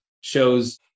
shows